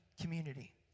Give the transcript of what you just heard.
community